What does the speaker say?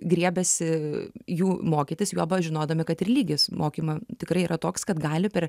griebiasi jų mokytis juoba žinodami kad ir lygis mokymo tikrai yra toks kad gali per